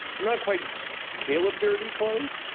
not quite caleb dirty clothes,